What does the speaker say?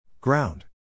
Ground